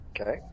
Okay